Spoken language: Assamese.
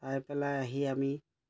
চাই পেলাই আহি আমি